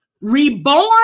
reborn